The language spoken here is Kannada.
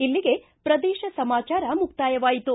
ಇಲ್ಲಿಗೆ ಪ್ರದೇಶ ಸಮಾಚಾರ ಮುಕ್ತಾಯವಾಯಿತು